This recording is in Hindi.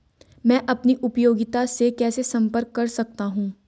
मैं अपनी उपयोगिता से कैसे संपर्क कर सकता हूँ?